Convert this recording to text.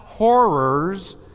Horrors